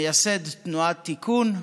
מייסד תנועת תיקון,